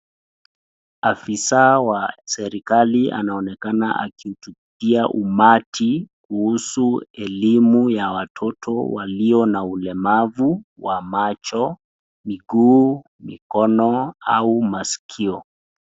Afisaa wa serikali anaonekana akihutubia umati kuhusu elimu ya watoto walio na ulemavu wa macho, miguu, mikono au maskio.